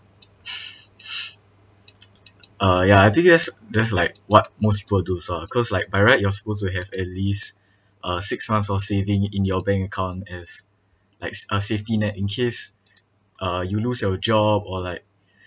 uh yeah I think that's that's like what most people do also ah because like by right you're supposed to have at least uh six months of saving in your bank account as like a safety net in case uh you lose your job or like